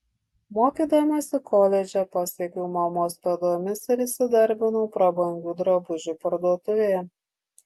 mokydamasi koledže pasekiau mamos pėdomis ir įsidarbinau prabangių drabužių parduotuvėje